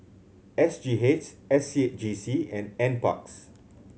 S G H S C G C and Nparks